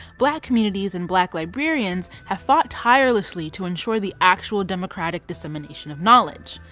black communities and black librarians have fought tirelessly to ensure the actual democratic dissemination of knowledge.